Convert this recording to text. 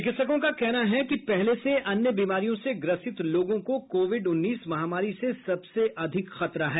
चिकित्सकों का कहना है कि पहले से अन्य बीमारियों से ग्रसित लोगों को कोविड उन्नीस महामारी से सबसे अधिक खतरा है